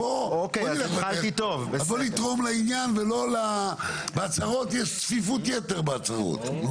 בוא נתרום לעניין, כי יש צפיפות יתר בהצהרות.